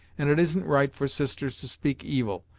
and it isn't right for sisters to speak evil,